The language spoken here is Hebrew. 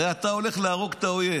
הרי אתה הולך להרוג את האויב.